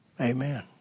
Amen